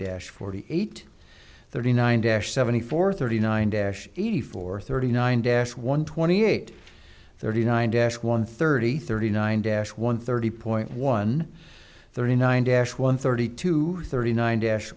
dash forty eight thirty nine dash seventy four thirty nine dash eighty four thirty nine dash one twenty eight thirty nine dash one thirty thirty nine dash one thirty point one thirty nine dash one thirty two thirty nine dash